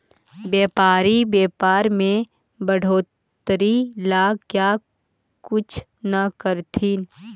व्यापारी व्यापार में बढ़ोतरी ला क्या कुछ न करथिन